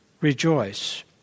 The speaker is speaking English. Rejoice